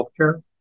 healthcare